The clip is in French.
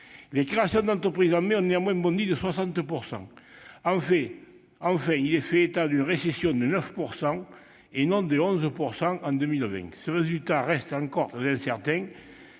Les créations d'entreprises en mai ont néanmoins bondi de 60 %! Enfin, il est fait état d'une récession de 9 %, et non de 11 %, en 2020. Ce résultat reste encore très incertain,